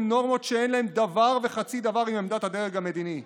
נורמות שאין להן דבר וחצי דבר עם עמדת הדרג המדיני.